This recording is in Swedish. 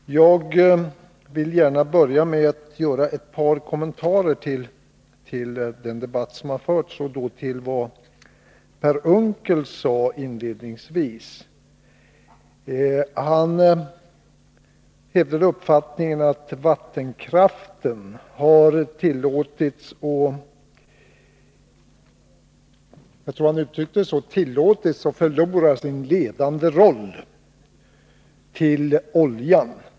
Herr talman! Jag vill gärna börja med att göra ett par kommentarer till den debatt som har förts, främst till vad Per Unckel sade inledningsvis. Han hävdade uppfattningen att vattenkraften har tillåtits — jag tror han använde det uttrycket — att förlora sin ledande roll till oljan.